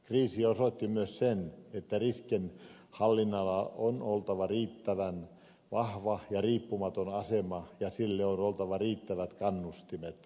kriisi osoitti myös sen että riskienhallinnalla on oltava riittävän vahva ja riippumaton asema ja sille on oltava riittävät kannustimet